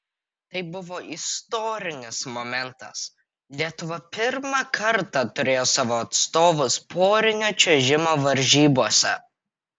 tai buvo istorinis momentas lietuva pirmą kartą turėjo savo atstovus porinio čiuožimo varžybose